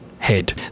head